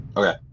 Okay